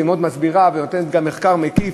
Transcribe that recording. היא מסבירה ונותנת גם מחקר מקיף